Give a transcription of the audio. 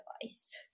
device